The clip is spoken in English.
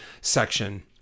section